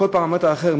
בכל פרמטר אחר,